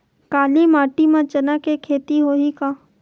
काली माटी म चना के खेती होही का?